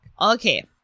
okay